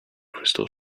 crystal